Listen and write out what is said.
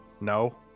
No